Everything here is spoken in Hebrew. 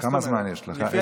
כמה זמן יש לך?